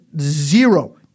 zero